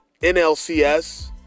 NLCS